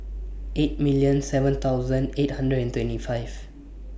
eight seven eight hundred and twenty five